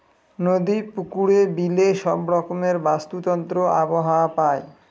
নদী, পুকুরে, বিলে সব রকমের বাস্তুতন্ত্র আবহাওয়া পায়